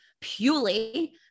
purely